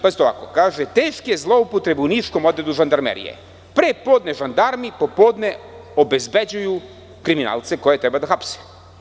Kaže se: „Teške zloupotrebe u Niškom odredu žandarmerije – pre podne žandarmi, popodne obezbeđuju kriminalce koje treba da hapse“